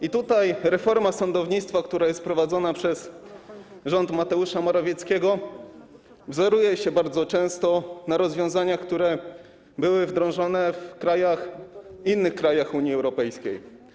I tutaj reforma sądownictwa, która jest prowadzona przez rząd Mateusza Morawieckiego, wzoruje się bardzo często na rozwiązaniach, które były wdrożone w innych krajach Unii Europejskiej.